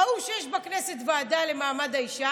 ראו שיש בכנסת ועדה למעמד האישה,